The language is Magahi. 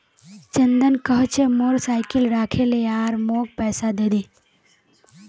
चंदन कह छ मोर साइकिल राखे ले आर मौक पैसा दे दे